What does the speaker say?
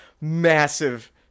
massive